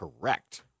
Correct